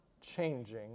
changing